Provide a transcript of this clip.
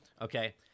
Okay